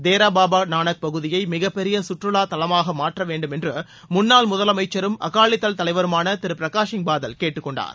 தேரா பாபா நானக் பகுதியை மிகப்பெரிய சுற்றுவா தலமாக மாற்ற வேண்டும் என்று முன்னாள் முதலமைச்சரும் அகாலிதள் தலைவருமான திரு பிரகாஷ்சிங் பாதல் கேட்டுக் கொண்டார்